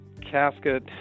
casket